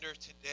today